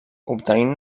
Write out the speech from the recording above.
obtenint